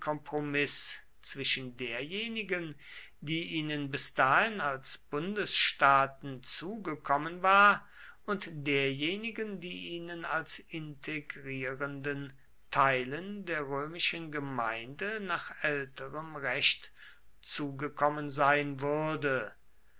zwischen derjenigen die ihnen bis dahin als bundesstaaten zugekommen war und derjenigen die ihnen als integrierenden teilen der römischen gemeinde nach älterem recht zugekommen sein würde